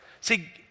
See